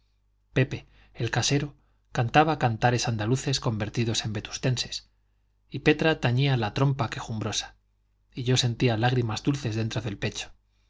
pepe el casero cantaba cantares andaluces convertidos en vetustenses y petra tañía la trompa quejumbrosa y yo sentía lágrimas dulces dentro del pecho